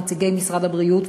נציגי משרד הבריאות,